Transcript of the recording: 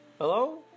Hello